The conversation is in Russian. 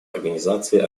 организации